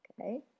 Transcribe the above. Okay